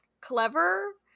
clever